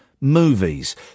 movies